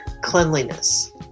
cleanliness